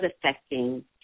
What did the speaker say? affecting